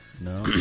No